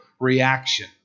reaction